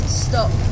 stop